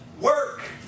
work